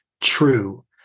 true